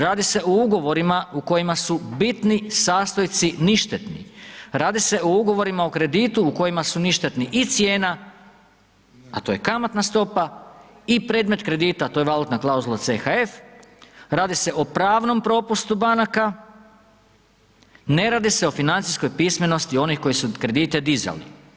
Radi se o ugovorima u kojima su bitni sastojci ništetni, radi se o ugovorima o kreditu u kojima su ništetni i cijena a to je kamatna stopa i predmet kredita, a to je valutna klauzula CHF, radi se o pravnom propustu banaka, ne radi se o financijskoj pismenosti onih koji su kredite dizali.